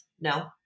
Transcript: No